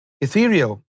ethereal